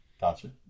Gotcha